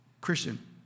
Christian